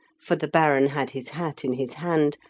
for the baron had his hat in his hand,